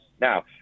Now